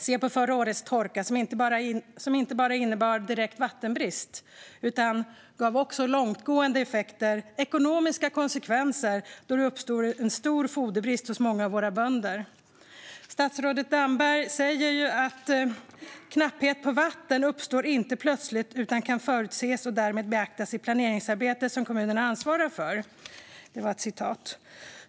Se på förra årets torka, som inte bara innebar direkt vattenbrist. Den gav också långtgående effekter och fick ekonomiska konsekvenser då det uppstod en stor foderbrist hos många av våra bönder. Statsrådet Damberg säger: "Knapphet på vatten uppstår inte plötsligt utan kan förutses och därmed beaktas i planeringsarbetet som kommunen ansvarar för."